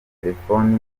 telefoni